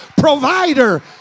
provider